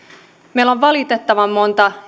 meillä on valitettavan monta